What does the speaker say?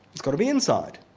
it's got to be inside.